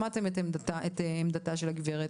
שמעתם את עמדתה של הגברת.